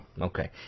Okay